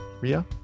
Ria